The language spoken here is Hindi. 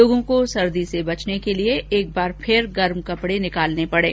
लोगों को सर्दी से बचने के लिये एक बार फिर गर्म कपडे निकालने पड़े